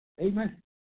Amen